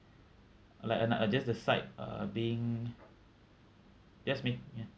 like uh uh just the site uh being just ma~ ya